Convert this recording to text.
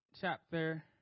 chapter